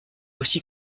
aussi